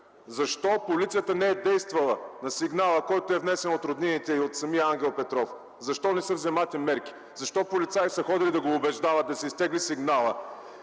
защо Полицията не е действала по сигнала, който е внесен от роднините и от самия Ангел Петров, защо не са взети мерки, защо полицаи са ходили да го убеждават да си изтегли сигнала